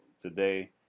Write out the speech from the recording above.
today